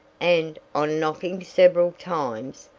and, on knocking several times,